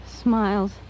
Smiles